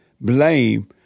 Blame